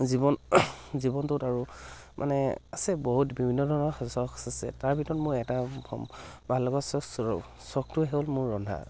জীৱন জীৱনটোত আৰু মানে আছে বহুত বিভিন্ন ধৰণৰ চখ আছে তাৰ ভিতৰত মোৰ এটা ভাল লগা চখটোৱেই হ'ল মোৰ ৰন্ধা